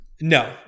No